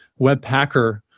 Webpacker